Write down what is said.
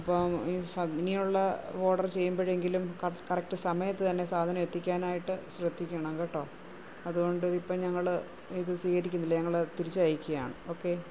അപ്പം ഇനിയുള്ള ഓഡർ ചെയ്യുമ്പോഴെങ്കിലും കറക്റ്റ് സമയത്ത് തന്നെ സാധനം എത്തിക്കാനായിട്ട് ശ്രദ്ധിക്കണം കേട്ടോ അതുകൊണ്ട് ഇപ്പം ഞങ്ങൾ ഇത് സ്വീകരിക്കുന്നില്ല ഞങ്ങൾ തിരിച്ചയ്ക്കുകയാണ് ഓക്കെ